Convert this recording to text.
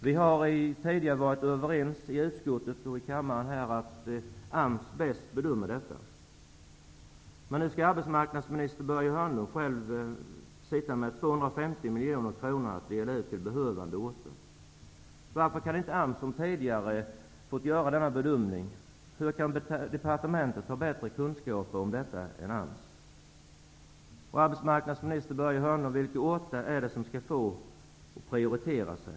Vi har tidigare varit överens i utskottet och i kammaren om att AMS bäst bedömer detta. Men nu skall arbetsmarknadsminister Börje Hörnlund själv sitta med 250 miljoner kronor och dela ut dem till behövande orter. Varför kan inte AMS som tidigare få göra denna bedömning? Hur kan departementet ha bättre kunskaper än AMS om detta? Hörnlund, är det som skall få del av detta och prioriteras?